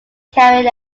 carried